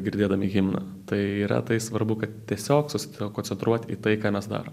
girdėdami himną tai yra tai svarbu kad tiesiog susikoncentruot į tai ką mes darom